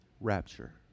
rapture